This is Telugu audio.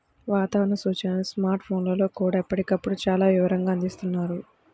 వాతావరణ సూచనలను స్మార్ట్ ఫోన్లల్లో కూడా ఎప్పటికప్పుడు చాలా వివరంగా అందిస్తున్నారు